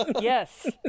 yes